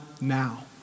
now